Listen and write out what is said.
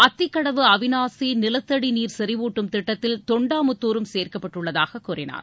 அத்திக்கடவு அவிநாசி நிலத்தடி நீர் செறிவூட்டும் திட்டத்தில் தொண்டாமுத்தூரும் சேர்க்கப்பட்டுள்ளதாக கூறினார்